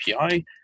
API